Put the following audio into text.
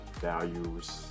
values